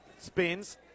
spins